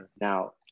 Now